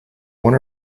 one